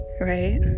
Right